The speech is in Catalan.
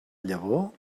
llavor